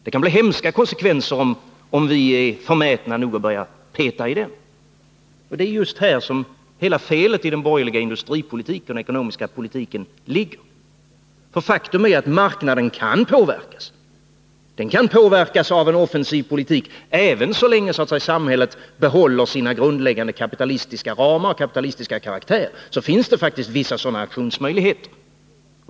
Det kan bli hemska konsekvenser om vi är förmätna nog att börja peta i den. Det är just här som hela felet i den borgerliga industripolitiken och den ekonomiska politiken ligger, för faktum är att marknaden kan påverkas. Den kan påverkas av en offensiv politik. Även så länge samhället behåller sina grundläggande kapitalistiska ramar, sin kapitalistiska karaktär, finns det faktiskt sådana aktionsmöjligheter.